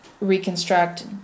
reconstruct